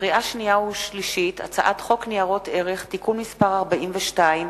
לקריאה שנייה ולקריאה שלישית: הצעת חוק ניירות ערך (תיקון מס' 42),